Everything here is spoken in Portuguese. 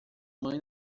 mãe